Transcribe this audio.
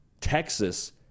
Texas